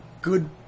good